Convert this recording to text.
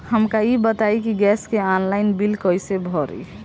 हमका ई बताई कि गैस के ऑनलाइन बिल कइसे भरी?